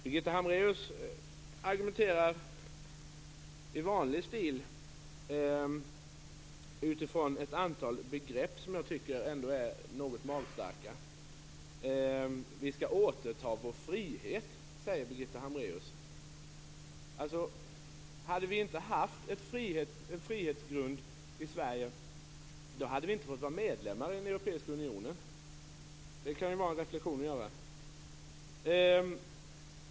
Birgitta Hambraeus argumenterar i vanlig stil utifrån ett antal begrepp, som jag ändå tycker är något magstarka. Vi skall återta vår frihet, säger Birgitta Hambraeus. Hade vi inte haft en frihetsgrund i Sverige hade vi inte fått vara medlemmar i den europeiska unionen. Det kan ju vara en reflexion.